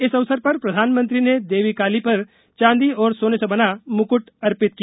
इस अवसर पर प्रधानमंत्री ने देवी काली पर चांदी और सोने से बना म्क्ट अर्पित किया